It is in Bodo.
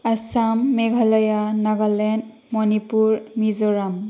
आसाम मेघालया नागालेण्ड मणिपुर मिज'राम